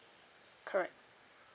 correct